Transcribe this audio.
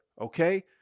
okay